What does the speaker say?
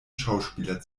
schauspieler